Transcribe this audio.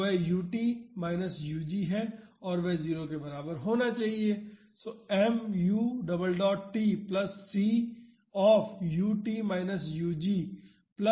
तो वह ut minus ug है और वह 0 के बराबर होना चाहिए